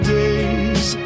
days